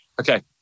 Okay